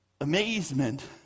amazement